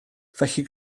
felly